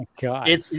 God